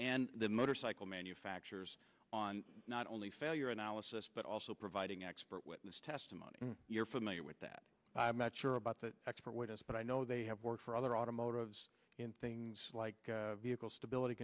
and the motorcycle manufacturers on not only failure analysis but also providing expert witness testimony you're familiar with that i'm not sure about the expert witness but i know they have work for other automotive things like vehicle stability